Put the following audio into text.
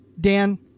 Dan